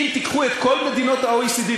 אם תיקחו את כל מדינות ה-OECD,